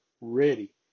ready